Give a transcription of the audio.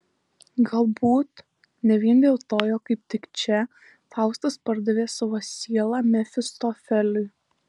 galbūt ne vien dėl to jog kaip tik čia faustas pardavė savo sielą mefistofeliui